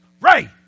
Ray